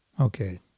okay